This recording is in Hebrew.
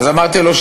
אמרתי שלא,